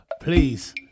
please